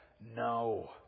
no